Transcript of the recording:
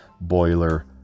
boiler